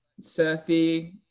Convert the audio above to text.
surfy